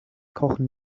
kochen